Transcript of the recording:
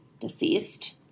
deceased